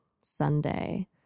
Sunday